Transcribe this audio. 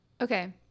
Okay